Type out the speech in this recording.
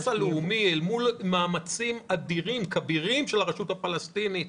הלאומי אל מול אדירים וכבירים של הרשות הפלסטינית